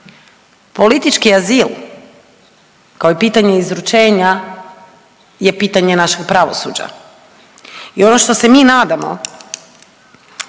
politički azil kao i pitanje izručenja je pitanje našeg pravosuđa. I ono što se mi nadamo